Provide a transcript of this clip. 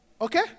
okay